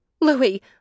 Louis